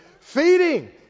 Feeding